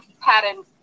pattern